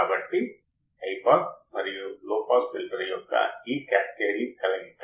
కాబట్టి ఫీడ్బ్యాక్ లో ఒకటి ప్రతికూల ఫీడ్బ్యాక్ మరొకటి సానుకూల ఫీడ్బ్యాక్